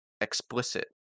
explicit